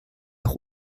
auch